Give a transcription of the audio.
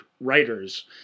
writers